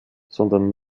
sondern